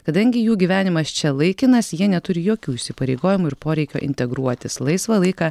kadangi jų gyvenimas čia laikinas jie neturi jokių įsipareigojimų ir poreikio integruotis laisvą laiką